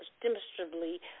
demonstrably